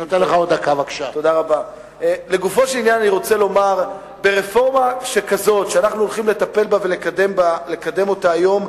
אני רוצה לומר שברפורמה כזאת שאנחנו הולכים לטפל בה ולקדם אותה היום,